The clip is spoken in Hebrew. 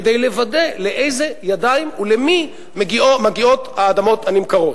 כדי לוודא לאיזה ידיים ולמי מגיעות האדמות הנמכרות.